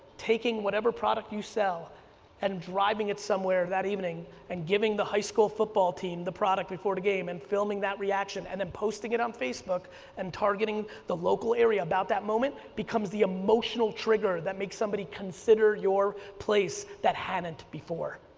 taking whatever product you sell and driving it somewhere that evening and giving the high school football team the product before the game and filming that reaction and then posting it on facebook and targeting the local area about that moment becomes the emotional trigger that makes somebody consider your place that hadn't before.